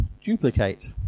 duplicate